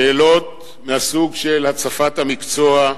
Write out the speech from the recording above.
שאלות מהסוג של הצפת המקצוע,